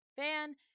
fan